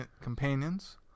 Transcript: companions